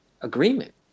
agreement